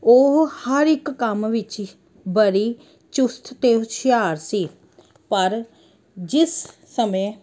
ਉਹ ਹਰ ਇੱਕ ਕੰਮ ਵਿੱਚ ਬੜੀ ਚੁਸਤ ਅਤੇ ਹੁਸ਼ਿਆਰ ਸੀ ਪਰ ਜਿਸ ਸਮੇਂ